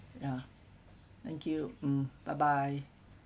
yeah thank you mm bye bye